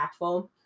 impactful